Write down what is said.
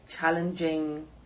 challenging